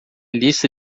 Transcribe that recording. lista